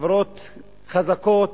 חברות חזקות,